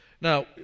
Now